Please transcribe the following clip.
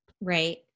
Right